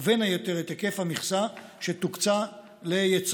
ובין היתר את היקף המכסה שתוקצה ליצרנים